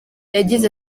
yagize